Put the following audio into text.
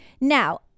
now